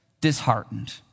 disheartened